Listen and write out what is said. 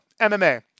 MMA